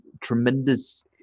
tremendous